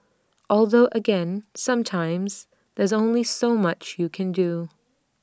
although again sometimes there's only so much you can do